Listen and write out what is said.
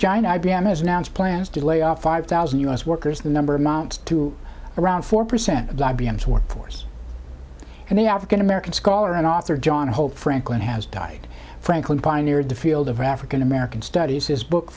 giant i b m is announced plans to lay off five thousand u s workers the number amounts to around four percent blabby i'm sworn force and the african american scholar and author john hope franklin has died franklin pioneered the field of african american studies his book